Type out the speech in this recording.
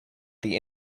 the